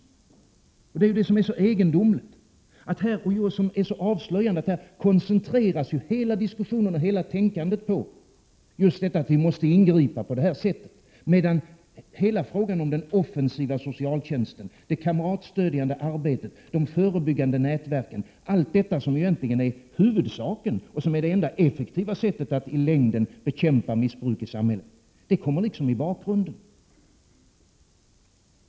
1987/88:136 Det är mycket egendomligt — och avslöjande — att hela diskussionen och 8 juni 1988 hela tänkandet här koncentreras på just detta att vi måste ingripa på detta sätt, medan hela frågan om den offensiva socialtjänsten, det kamratstödjande arbetet och de förbyggande nätverken — allt detta som egentligen är huvudsaken och det enda effektiva sättet att i längden bekämpa missbruk i samhället — kommer i bakgrunden.